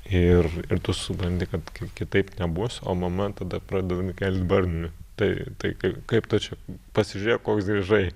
ir ir tu supranti kad kitaip nebus o mama tada pradeda nu kelt barnių tai tai kaip kaip tačiau pasižiūrėk koks grįžai